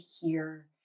hear